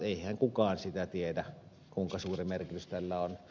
eihän kukaan sitä tiedä kuinka suuri merkitys tällä on